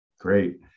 Great